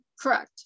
correct